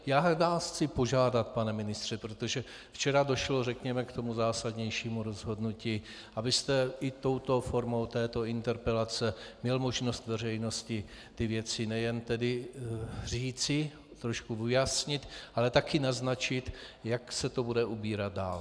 Já vás chci požádat, pane ministře, včera došlo k zásadnějšímu rozhodnutí, abyste i touto formou této interpelace měl možnost veřejnosti ty věci nejen říci, trošku ujasnit, ale taky naznačit, jak se to bude ubírat dál.